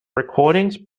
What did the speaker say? recordings